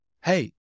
Hey